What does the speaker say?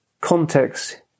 Context